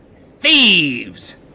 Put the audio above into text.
thieves